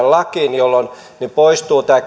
lakiin jolloin poistuu tämä